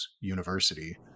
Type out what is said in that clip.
university